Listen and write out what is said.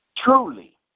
Truly